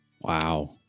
wow